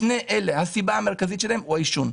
שני אלה, הסיבה המרכזית שלהם היא העישון.